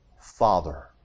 Father